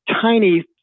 tiny